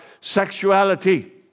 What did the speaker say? sexuality